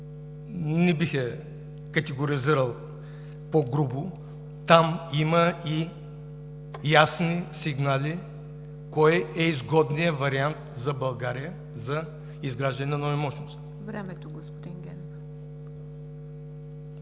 не бих я категоризирал по-грубо, там има и ясни сигнали кой е изгодният вариант за България за изграждане на нови мощности.